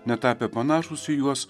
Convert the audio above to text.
netapę panašūs į juos